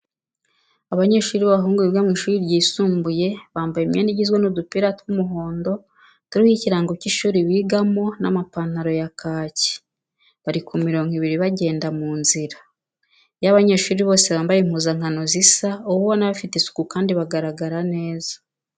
Abanyeshuri b'abahungu biga mu ishuri ryisumbuye bambaye imyenda igizwe n'udupira tw'umuhondo, turiho ikirango cy'ishuri bigamo n'amapantaro ya kaki, bari ku mirongo ibiri bagenda mu nzira, iyo abanyeshuri bose bambaye impuzankano zisa, uba ubona bafite isuku kandi bagaragara neza.